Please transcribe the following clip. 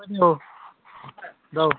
औ औ